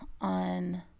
on